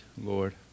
Lord